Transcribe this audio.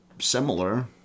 similar